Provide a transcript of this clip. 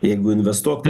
jeigu investuoti